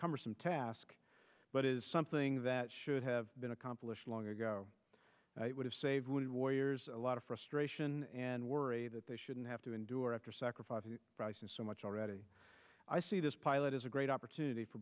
cumbersome task but it is something that should have been accomplished long ago would have saved wounded warriors a lot of frustration and worry that they shouldn't have to endure after sacrificing prices so much already i see this pilot as a great opportunity for